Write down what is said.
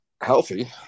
healthy